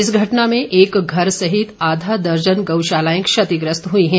इस घटना में एक घर सहित आधा दर्जन गऊशालाएं क्षतिग्रस्त हुई हैं